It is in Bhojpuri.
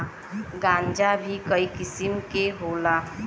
गांजा भीं कई किसिम के होला